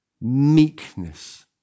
meekness